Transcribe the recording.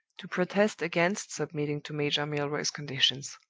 to protest against submitting to major milroy's conditions.